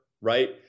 right